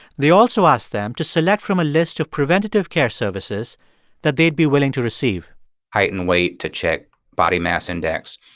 they also asked them to select from a list of preventative care services services that they'd be willing to receive height and weight to check body mass index,